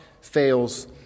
fails